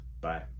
Bye